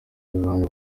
yohani